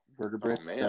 vertebrates